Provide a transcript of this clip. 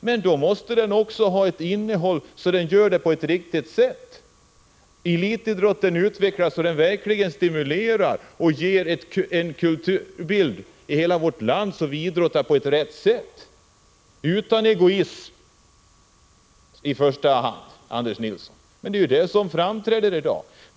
Men då måste den också ha ett sådant innehåll att den gör det på ett riktigt sätt. Elitidrotten bör utvecklas så att den verkligen stimulerar och ger en sådan bild i hela vårt land att vi idrottar på rätt sätt — utan egoism i första hand, Anders Nilsson. Det är det som framträder i dag.